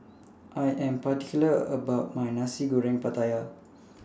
I Am particular about My Nasi Goreng Pattaya